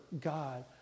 God